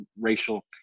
racial